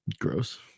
Gross